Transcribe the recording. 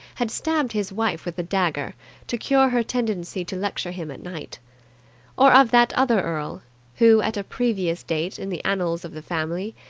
had stabbed his wife with a dagger to cure her tendency to lecture him at night or of that other earl who, at a previous date in the annals of the family,